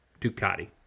Ducati